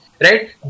right